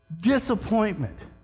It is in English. disappointment